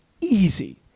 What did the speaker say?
easy